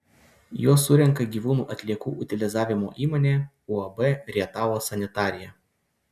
juos surenka gyvūnų atliekų utilizavimo įmonė uab rietavo sanitarija